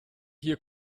hier